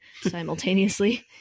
simultaneously